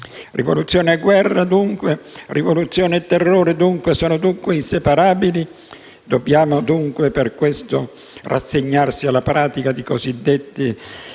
Rivoluzione e guerra, dunque, rivoluzione e terrore sono inseparabili? Dobbiamo dunque, per questo, rassegnarci alla pratica di cosiddette